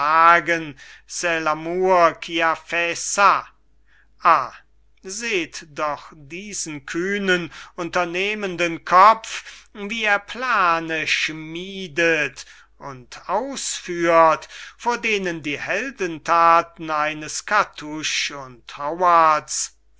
seht doch diesen kühnen unternehmenden kopf wie er plane schmiedet und ausführt vor denen die heldenthaten eines kartouches und howards